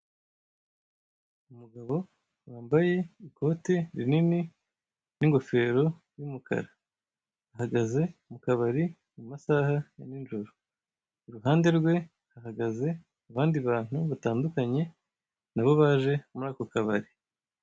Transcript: Umugabo wambaye ikote rinini n'ingofero y'umukara, ahagaze kukabari mumasaha ya ninjoro. Iruhande rwe hahagaze abandi bantu batandukanye na bo baje muri ako kabari.